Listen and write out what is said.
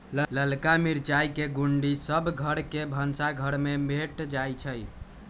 ललका मिरचाई के गुण्डी सभ घर के भनसाघर में भेंट जाइ छइ